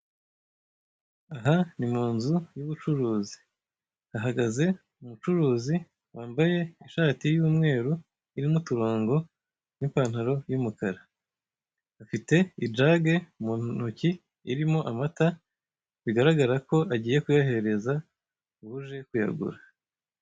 Aha ni mu nzu y'ubucuruzi, hahagaze umucuruzi wambaye ishati y'umweru irimo uturongo n'ipantaro y'umukara, afite ijage mu ntoki irimo amata bigaragara ko agiye kuyahereza uje kuyagura.